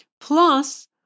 Plus